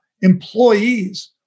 Employees